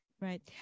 Right